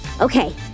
okay